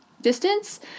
distance